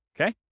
okay